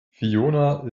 fiona